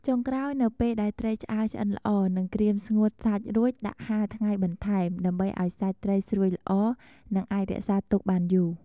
ចុងក្រោយនៅពេលដែលត្រីឆ្អើរឆ្អិនល្អ និងក្រៀមស្ងួតសាច់រួចដាក់ហាលថ្ងៃបន្ថែម ដើម្បីឱ្យសាច់ត្រីស្រួយល្អ និងអាចរក្សាទុកបានយូរ។